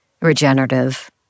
regenerative